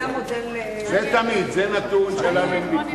זה המודל זה תמיד, זה נתון שאין עליו ויכוח.